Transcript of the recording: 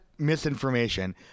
misinformation